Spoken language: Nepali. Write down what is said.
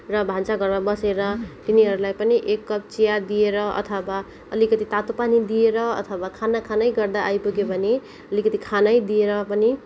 र भान्सा घरमा बसेर तिनीहरूलाई पनि एक कप चिया दिएर अथवा अलिकति तातो पानी दिएर अथवा खाना खाँदै गर्दा आइपुग्यो भने अलिकति खानै दिएर पनि